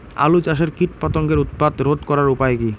আলু চাষের কীটপতঙ্গের উৎপাত রোধ করার উপায় কী?